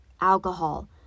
alcohol